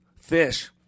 fish